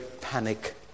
panic